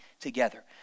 together